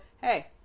Hey